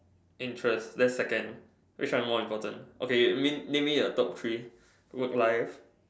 interest that's second which one more important okay name me your top three work life